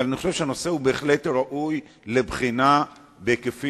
אבל אני חושב שהנושא הוא בהחלט ראוי לבחינה בהיקפים